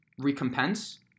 recompense